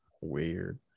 weird